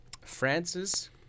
Francis